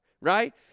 Right